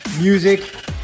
Music